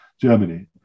Germany